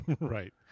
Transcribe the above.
Right